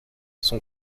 son